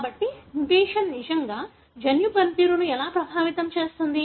కాబట్టి మ్యుటేషన్ నిజంగా జన్యు పనితీరును ఎలా ప్రభావితం చేస్తుంది